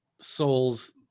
souls